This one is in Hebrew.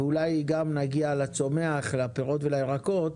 ואולי גם נגיע לצומח, לפירות ולירקות,